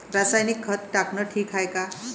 रासायनिक खत टाकनं ठीक हाये का?